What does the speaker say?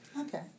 Okay